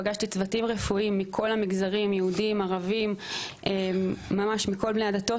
פגשתי צוותים רפואיים מכל המגזרים - יהודים ערבים - ממש מכל הדתות,